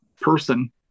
person